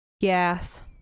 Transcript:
Yes